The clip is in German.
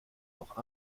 doch